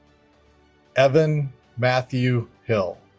evan matthew hill